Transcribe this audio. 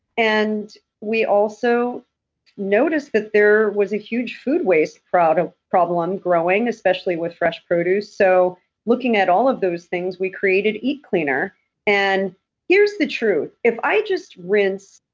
and we also noticed that there was a huge food waste problem growing, especially with fresh produce, so looking at all of those things, we created eat cleaner and here's the truth. if i just rinse,